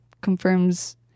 confirms